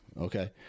Okay